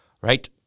right